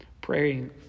Praying